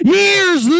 years